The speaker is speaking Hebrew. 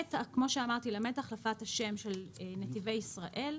למעט החלפת השם של נתיבי ישראל,